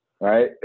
Right